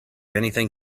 anything